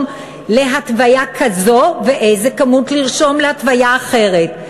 להתוויה כזו ואיזו כמות לרשום להתוויה אחרת,